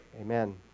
Amen